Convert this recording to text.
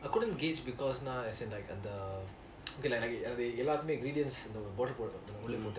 I couldn't gauge because நான்:naan as in like in the ingredients bottle உள்ள போட்டு:ulla potu